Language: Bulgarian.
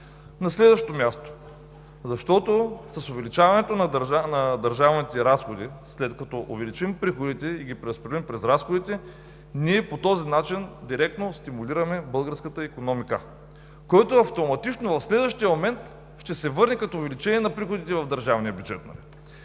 На следващо място, защото с увеличаването на държавните разходи, след като увеличим приходите и ги преразпределим през разходите, по този начин директно стимулираме българската икономика, което автоматично в следващия момент ще се върне като увеличение на приходите в държавния бюджет.